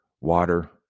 water